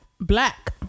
black